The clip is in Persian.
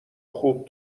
خوب